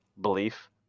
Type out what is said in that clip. belief